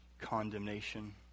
condemnation